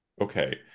okay